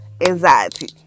anxiety